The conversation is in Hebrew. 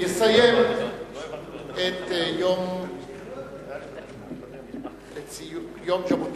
יסיים את יום לציון זכרו של ז'בוטינסקי.